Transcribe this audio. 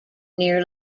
near